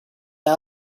now